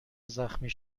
زخمی